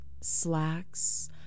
slacks